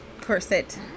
corset